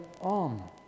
on